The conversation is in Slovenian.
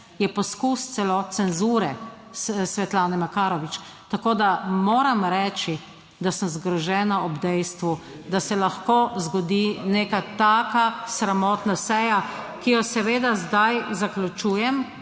je poskus celo cenzure Svetlane Makarovič. Tako da moram reči, da sem zgrožena ob dejstvu, da se lahko zgodi neka taka sramotna seja, ki jo seveda zdaj zaključujem,